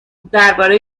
درباره